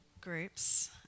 groups